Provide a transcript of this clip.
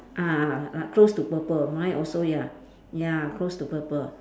ah l~ like close to purple my also ya ya close to purple